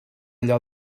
allò